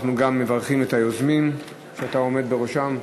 אנחנו גם מברכים את היוזמים, שאתה עומד בראשם.